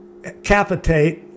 capitate